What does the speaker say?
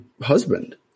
husband